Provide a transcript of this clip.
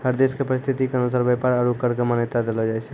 हर देश के परिस्थिति के अनुसार व्यापार आरू कर क मान्यता देलो जाय छै